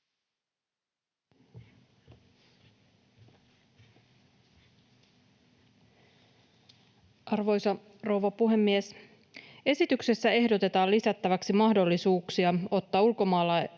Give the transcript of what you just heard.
Arvoisa rouva puhemies! Esityksessä ehdotetaan lisättäväksi mahdollisuuksia ottaa ulkomaalainen